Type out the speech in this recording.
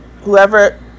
whoever